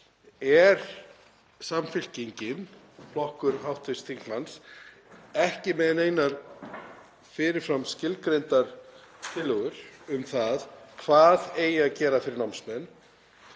Er Samfylkingin, flokkur hv. þingmanns, ekki með neinar fyrirframskilgreindar tillögur um hvað eigi að gera fyrir námsmenn?